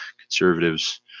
conservatives